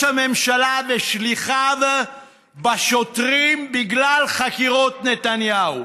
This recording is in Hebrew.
הממשלה ושליחיו בשוטרים בגלל חקירות נתניהו,